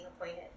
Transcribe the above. appointed